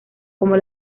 como